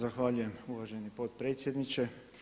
Zahvaljujem uvaženi potpredsjedniče.